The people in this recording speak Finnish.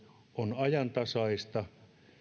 on ajantasaista